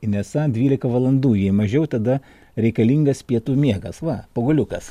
inesa dvylika valandų jei mažiau tada reikalingas pietų miegas va poguliukas